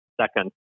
Second